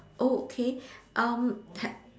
oh okay um ha~